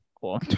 cool